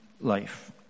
life